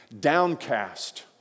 downcast